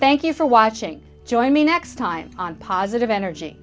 thank you for watching join me next time on positive energy